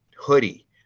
hoodie